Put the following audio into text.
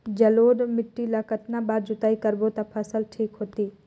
जलोढ़ माटी ला कतना बार जुताई करबो ता फसल ठीक होती?